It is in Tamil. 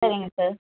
சரிங்க சார்